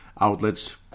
outlets